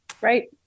Right